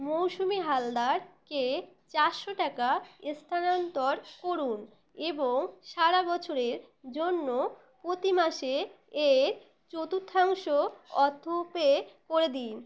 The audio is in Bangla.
মৌসুমি হালদারকে চারশো টাকা স্থানান্তর করুন এবং সারা বছরের জন্য প্রতি মাসে এর চতুর্থাংশ অটো পে করে দিন